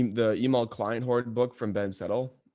the email client horror book from ben settle.